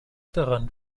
daran